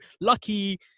lucky